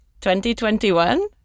2021